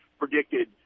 predicted